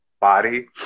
body